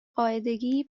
قاعدگی